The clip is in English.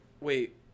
Wait